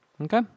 Okay